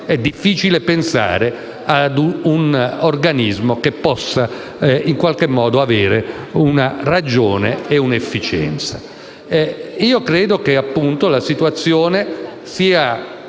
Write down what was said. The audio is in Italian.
è difficile pensare a un organismo che possa in qualche modo avere una ragione e una efficienza. La situazione è